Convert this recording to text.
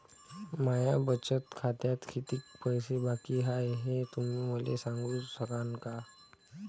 माया बचत खात्यात कितीक पैसे बाकी हाय, हे तुम्ही मले सांगू सकानं का?